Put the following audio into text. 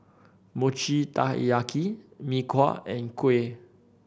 Mochi Taiyaki Mee Kuah and kuih